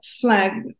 flag